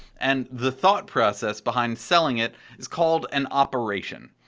and the thought process behind selling it is called an operation,